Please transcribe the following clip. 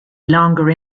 longer